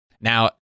now